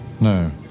No